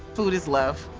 food is love.